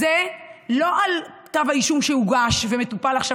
זה לא על כתב האישום שהוגש ומטופל עכשיו